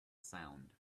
sound